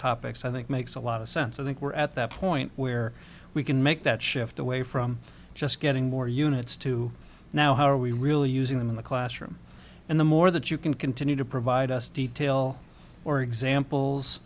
topics i think makes a lot of sense i think we're at that point where we can make that shift away from just getting more units to now how are we really using them in the classroom and the more that you can continue to provide us detail or examples